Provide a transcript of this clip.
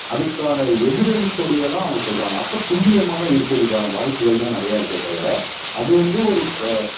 அதுக்கான எவிடென்ஸோடேயே தான் அவங்க சொல்கிறாங்க அப்போ துல்லியமாக தான் இருக்கிறதுக்கான வாய்ப்புகள் தான் நிறையா இருக்கே தவிர அது வந்து ஒரு